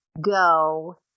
go